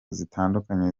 zitandukanye